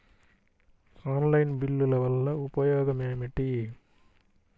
Online బిల్లుల వల్ల ఉపయోగమేమిటీ?